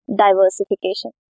diversification